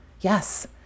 Yes